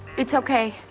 it's okay.